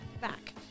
back